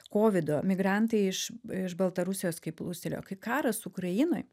kovido migrantai iš iš baltarusijos kai plūstelėjo kai karas ukrainoj